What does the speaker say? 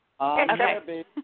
Okay